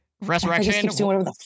Resurrection